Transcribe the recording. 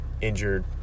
injured